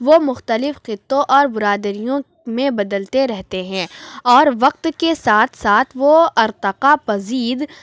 وہ مختلف خطوں اور برادریوں میں بدلتے رہتے ہیں اور وقت کے ساتھ ساتھ وہ ارتقاء پذیر